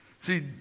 See